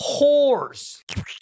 whores